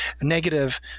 negative